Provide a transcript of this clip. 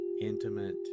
intimate